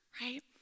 right